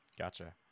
Gotcha